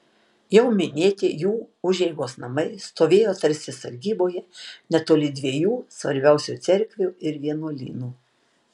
jau minėti jų užeigos namai stovėjo tarsi sargyboje netoli dviejų svarbiausių cerkvių ir vienuolynų